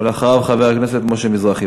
ואחריו, חבר הכנסת משה מזרחי.